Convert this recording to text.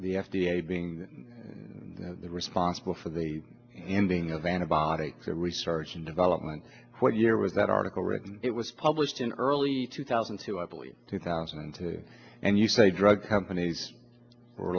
the f d a being responsible for the ending of antibiotic research and development what year was that article written it was published in early two thousand and two i believe two thousand and two and you say drug companies were